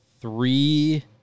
three